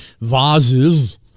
vases